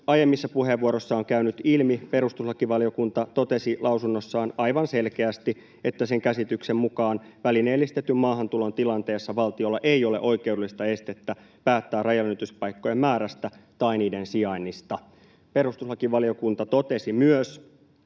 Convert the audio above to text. aiemmissa puheenvuoroissa on käynyt ilmi, perustuslakivaliokunta totesi lausunnossaan aivan selkeästi, että sen käsityksen mukaan ”välineellistetyn maahantulon tilanteessa valtiolla ei ole oikeudellista estettä päättää rajanylityspaikkojen määrästä tai niiden sijainnista”. Perustuslakivaliokunta totesi myös,